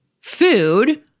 food